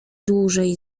dłużej